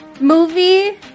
Movie